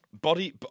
Body